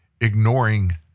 ignoring